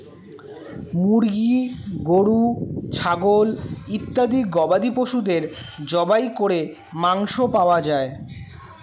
মুরগি, গরু, ছাগল ইত্যাদি গবাদি পশুদের জবাই করে মাংস পাওয়া যায়